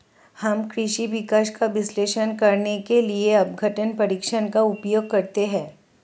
हम कृषि विकास का विश्लेषण करने के लिए अपघटन परीक्षण का उपयोग करते हैं